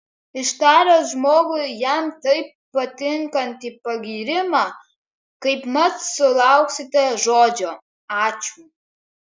ištaręs žmogui jam taip patinkantį pagyrimą kaipmat sulauksite žodžio ačiū